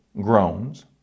groans